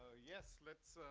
yes, let's.